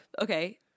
okay